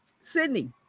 Sydney